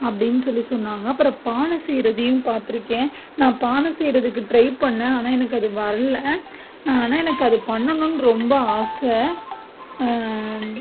அப்படின்னு சொல்லி சொன்னாங்கள் அப்புறம் பானை செய்கிறதையும் பார்த்துருக்கேன் நான் பானை செய்கிறதுக்கு ட்ரை பண்ணேன் ஆனால் எனக்கு அது வரல ஆனால் எனக்கு அது பண்ணணும்னு ரொம்ப ஆசை